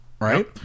Right